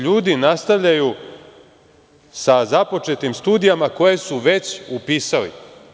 Ljudi nastavljaju sa započetim studijama koje su već upisali.